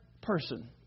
person